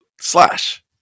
Slash